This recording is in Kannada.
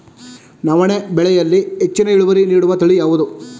ನವಣೆ ಬೆಳೆಯಲ್ಲಿ ಹೆಚ್ಚಿನ ಇಳುವರಿ ನೀಡುವ ತಳಿ ಯಾವುದು?